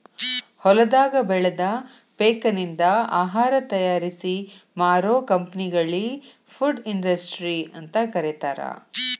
ಹೊಲದಾಗ ಬೆಳದ ಪೇಕನಿಂದ ಆಹಾರ ತಯಾರಿಸಿ ಮಾರೋ ಕಂಪೆನಿಗಳಿ ಫುಡ್ ಇಂಡಸ್ಟ್ರಿ ಅಂತ ಕರೇತಾರ